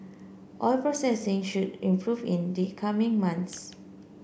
oil processing should improve in the coming months